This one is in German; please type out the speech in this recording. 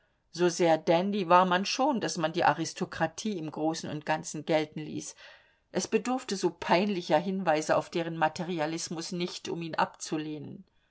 so sehr dandy war man schon daß man die aristokratie im großen und ganzen gelten ließ es bedurfte so peinlicher hinweise auf deren materialismus nicht um ihn abzulehnen